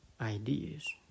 ideas